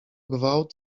gwałt